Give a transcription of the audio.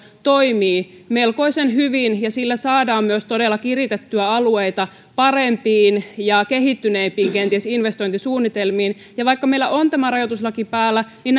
toimii melkoisen hyvin ja sillä saadaan myös todella kiritettyä alueita kenties parempiin ja kehittyneempiin investointisuunnitelmiin vaikka meillä on tämä rajoituslaki päällä niin